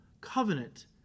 covenant